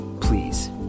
Please